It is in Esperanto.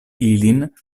ilin